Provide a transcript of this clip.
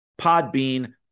Podbean